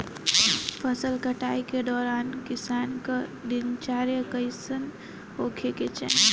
फसल कटाई के दौरान किसान क दिनचर्या कईसन होखे के चाही?